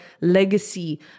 legacy